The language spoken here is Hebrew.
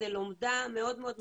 זה לומדה מאוד מאוד מצומצמת,